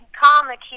comic